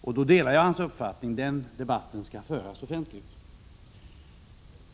I så fall delar jag hans uppfattning — den debatten skall föras offentligt.